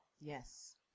Yes